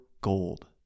gold